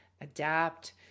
adapt